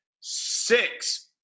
six